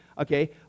Okay